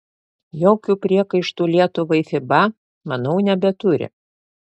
jokių priekaištų lietuvai fiba manau nebeturi